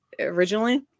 originally